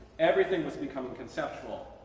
everything was becoming conceptual.